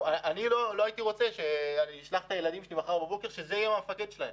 אני לא הייתי רוצה לשלוח את הילדים שלי והוא יהיה המפקד שלהם.